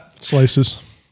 Slices